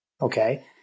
Okay